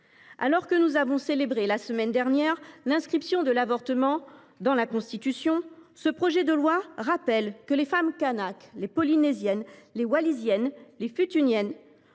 Alors que nous avons célébré la semaine dernière l’inscription de l’avortement dans la Constitution, ce projet de loi rappelle que les femmes kanakes, les Polynésiennes, les Wallisiennes et les Futuniennes